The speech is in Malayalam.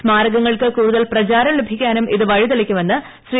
സ്മാരകങ്ങൾക്ക് കൂടുതൽ പ്രചാരം ലഭിക്കാനും ഇത് വഴിതെളിക്കുമെന്ന് ശ്രീ